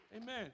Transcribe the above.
Amen